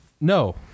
no